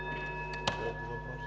Благодаря